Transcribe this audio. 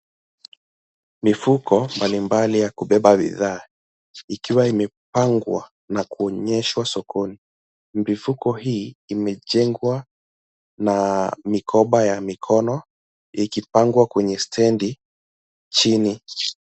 Mifuko mbalimbali ya kubeba bidhaa ikiwa imepangwa na kuonyeshwa sokoni. Mifuko hii imejengwa na mikoba ya mikono ikipangwa kwenye stendi chini.